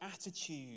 attitude